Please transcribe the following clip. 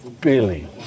Billy